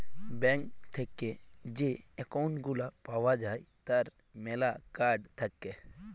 bank থেক্যে যে account গুলা পাওয়া যায় তার ম্যালা কার্ড থাক্যে